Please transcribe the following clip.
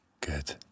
good